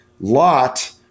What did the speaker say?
Lot